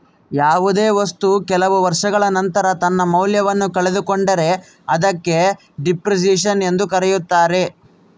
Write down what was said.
ಯಾವುದೇ ವಸ್ತು ಕೆಲವು ವರ್ಷಗಳ ನಂತರ ತನ್ನ ಮೌಲ್ಯವನ್ನು ಕಳೆದುಕೊಂಡರೆ ಅದಕ್ಕೆ ಡೆಪ್ರಿಸಸೇಷನ್ ಎಂದು ಕರೆಯುತ್ತಾರೆ